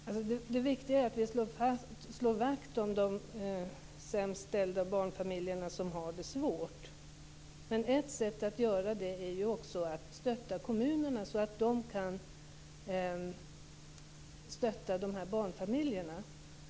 Fru talman! Det viktiga är att vi slår vakt om de sämst ställda barnfamiljerna som har det svårt. Ett sätt att göra det är att stötta kommunerna så att de i sin tur kan stötta barnfamiljerna.